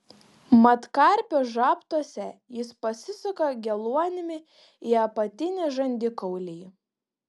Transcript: mat karpio žabtuose jis pasisuka geluonimi į apatinį žandikaulį